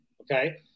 okay